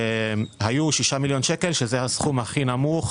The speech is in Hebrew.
היו 6 מיליון ₪ שזה הסכום הכי נמוך